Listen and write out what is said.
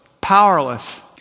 powerless